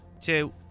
Two